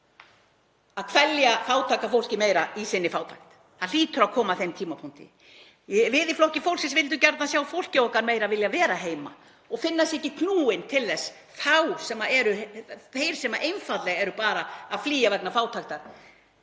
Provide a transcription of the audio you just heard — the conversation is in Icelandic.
að kvelja fátæka fólkið meira í sinni fátækt. Það hlýtur að koma að þeim tímapunkti. Við í Flokki fólksins vildum gjarnan sjá fólkið okkar vilja meira vera heima og finna sig ekki knúið til þess að flýja, þeir sem einfaldlega eru að flýja vegna fátæktar.